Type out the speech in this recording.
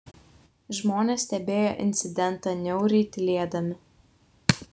žmonės stebėjo incidentą niauriai tylėdami